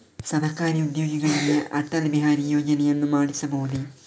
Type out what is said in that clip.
ಸರಕಾರಿ ಉದ್ಯೋಗಿಗಳಿಗೆ ಅಟಲ್ ಬಿಹಾರಿ ಯೋಜನೆಯನ್ನು ಮಾಡಿಸಬಹುದೇ?